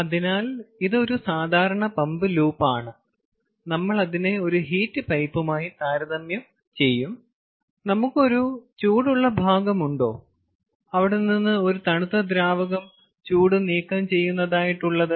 അതിനാൽ ഇത് ഒരു സാധാരണ ദ്രാവക പമ്പ് ലൂപ്പാണ് നമ്മൾ അതിനെ ഒരു ഹീറ്റ് പൈപ്പുമായി താരതമ്യം ചെയ്യും നമുക്ക് ഒരു ചൂടുള്ള ഭാഗമുണ്ടോ അവിടെ നിന്ന് ഒരു തണുത്ത ദ്രാവകം ചൂട് നീക്കം ചെയ്യുന്നതായിട്ടുള്ളത്